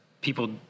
people